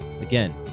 again